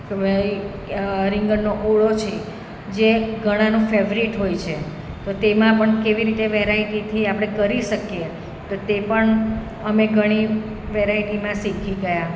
કે ભાઈ કે રીંગણનો ઓળો છે જે ઘણાનું ફેવરેટ છે તો તેમાં પણ કેવી રીતે વેરાયટીથી આપણે કરી શકીએ તો તે પણ અમે ઘણી વેરાયટીમાં શીખી ગયા